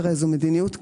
זו מדיניות כללית.